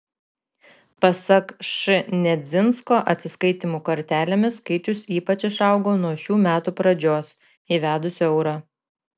pasak š nedzinsko atsiskaitymų kortelėmis skaičius ypač išaugo nuo šių metų pradžios įvedus eurą